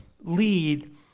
lead